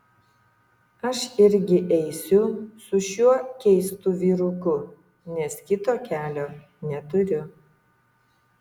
aš irgi eisiu su šiuo keistu vyruku nes kito kelio neturiu